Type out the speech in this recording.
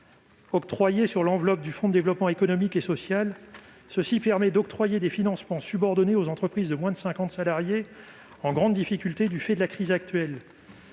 octroyés sur l'enveloppe du Fonds de développement économique et social (FDES) permettant d'accorder des financements subordonnés aux entreprises de moins de cinquante salariés en grande difficulté en raison de la crise actuelle.